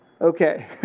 Okay